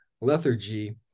lethargy